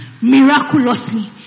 miraculously